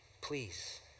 please